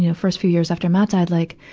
you know first few years after matt dies, like,